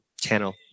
channel